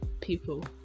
people